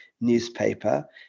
newspaper